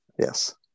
Yes